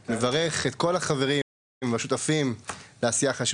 מברך את כל החברים והשותפים לעשייה חשובה.